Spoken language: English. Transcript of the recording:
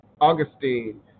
Augustine